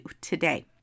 today